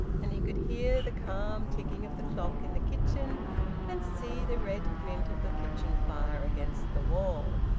and he could hear the calm ticking of the clock in the kitchen and see the red glint of the kitchen fire against the wall.